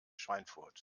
schweinfurt